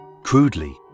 Crudely